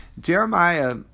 Jeremiah